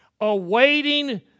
awaiting